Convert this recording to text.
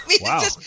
Wow